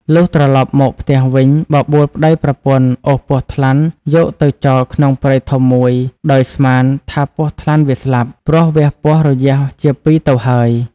លុះត្រលប់មកផ្ទះវិញបបួលប្ដីប្រពន្ធអូសពស់ថ្លាន់យកទៅចោលក្នុងព្រៃធំមួយដោយស្មាន ថាពស់ថ្លាន់វាស្លាប់ ព្រោះវះពោះរយះជាពីរទៅហើយ។